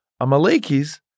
Amalekis